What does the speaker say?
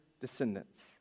descendants